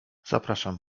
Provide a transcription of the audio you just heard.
zapraszam